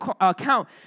account